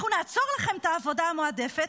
אנחנו נעצור לכם את העבודה המועדפת,